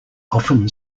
often